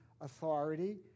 authority